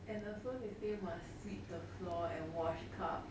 and also they say must sweep the floor and wash cups